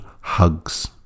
Hugs